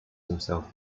himself